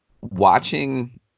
watching